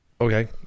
Okay